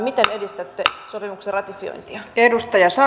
miten edistätte sopimuksen ratifiointia